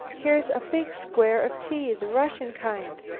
here's a big square of tea the russian kind,